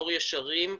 'דור ישרים',